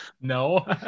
No